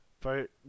vote